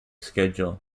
schedule